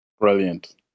Brilliant